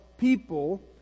people